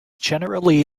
generally